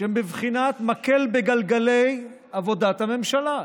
שהם בבחינת מקל בגלגלי עבודת הממשלה,